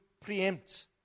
preempt